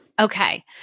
Okay